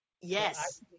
Yes